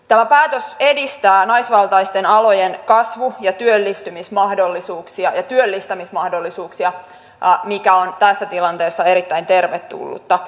tämä päätös edistää naisvaltaisten alojen kasvu ja työllistämismahdollisuuksia mikä on tässä tilanteessa erittäin tervetullutta